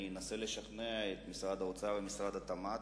ואני אנסה לשכנע את משרד האוצר ואת משרד התמ"ת,